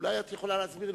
אולי את יכולה להסביר לי,